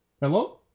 Hello